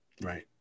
Right